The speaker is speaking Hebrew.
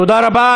תודה רבה.